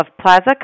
Plaza